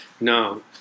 No